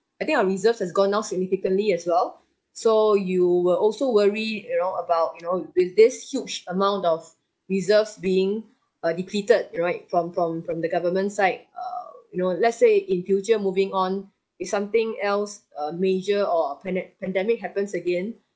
I think our reserves has gone down significantly as well so you will also worry you know about you know with this huge amount of reserves being uh depleted right from from from the government side uh you know let's say in future moving on if something else uh major or pande~ pandemic happens again